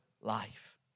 life